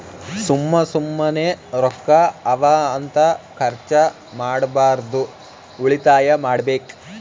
ಸುಮ್ಮ ಸುಮ್ಮನೆ ರೊಕ್ಕಾ ಅವಾ ಅಂತ ಖರ್ಚ ಮಾಡ್ಬಾರ್ದು ಉಳಿತಾಯ ಮಾಡ್ಬೇಕ್